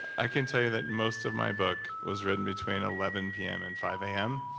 i can tell you that most of my book was written between eleven p m. and five a m,